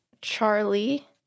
charlie